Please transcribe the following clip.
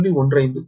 15 p